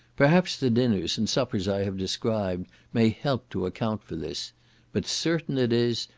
perhaps the dinners and suppers i have described may help to account for this but certain it is,